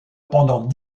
pendant